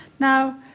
Now